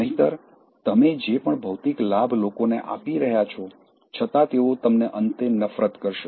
નહિંતર તમે જે પણ ભૌતિક લાભ લોકોને આપી રહ્યા છો છતાં તેઓ તમને અંતે નફરત કરશે